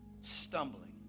stumbling